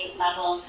level